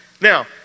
Now